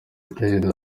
prezida